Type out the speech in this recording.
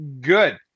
good